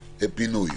לפינוי.